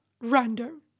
random